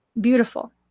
Beautiful